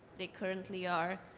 they currently are?